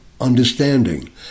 understanding